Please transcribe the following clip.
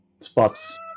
Spots